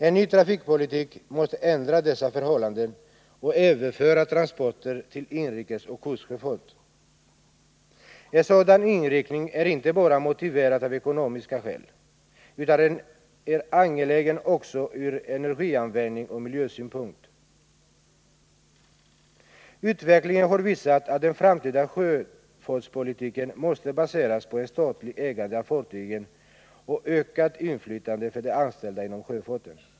En ny trafikpolitik måste ändra dessa förhållanden och överföra transporter till inrikesoch kustsjöfart. En sådan inriktning är inte bara motiverad av ekonomiska skäl, utan den är angelägen också ur energianvändningsoch miljösynpunkt. Utvecklingen har visat att den framtida sjöfartspolitiken måste baseras på ett statligt ägande av fartygen och ökat inflytande för de anställda inom sjöfarten.